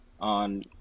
on